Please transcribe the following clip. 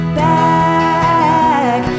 back